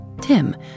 Tim